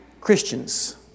Christians